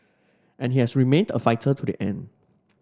and he has remained a fighter to the end